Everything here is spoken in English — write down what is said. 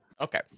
Okay